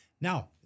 Now